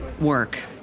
work